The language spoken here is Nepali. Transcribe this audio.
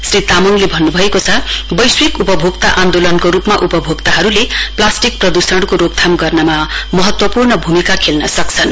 श्री तामाङले भन्नुभएको छ वैश्विक उपभोक्ता आन्दोलनको रुपमा उपभोक्ताहरुले प्लास्टिक प्रदूषणको रोकथाम गर्नमा महत्वपूर्ण भूमिका खेल्न सक्नेछन्